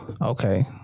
Okay